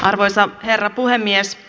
arvoisa herra puhemies